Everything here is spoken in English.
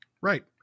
Right